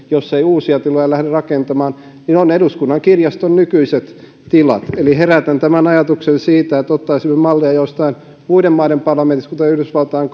jos ei uusia tiloja lähde rakentamaan on eduskunnan kirjaston nykyiset tilat eli herätän ajatuksen siitä että ottaisimme mallia joistain muiden maiden parlamenteista kuten yhdysvaltain